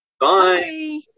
Bye